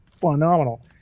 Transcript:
phenomenal